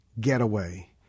getaway